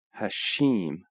Hashim